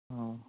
ہاں